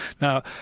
Now